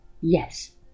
yes